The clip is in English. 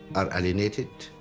are alienated,